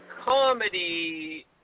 comedy